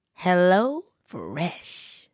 HelloFresh